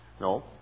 no